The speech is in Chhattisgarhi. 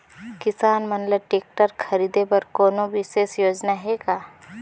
किसान मन ल ट्रैक्टर खरीदे बर कोनो विशेष योजना हे का?